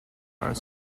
are